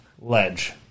ledge